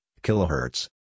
kilohertz